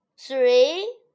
three